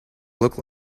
look